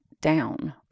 down